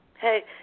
Hey